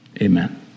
Amen